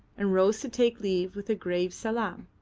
and rose to take leave with a grave salaam.